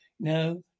No